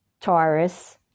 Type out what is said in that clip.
Taurus